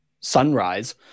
Sunrise